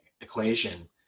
equation